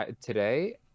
today